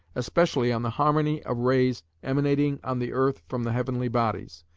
especially on the harmony of rays emanating on the earth from the heavenly bodies,